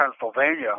Pennsylvania